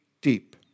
deep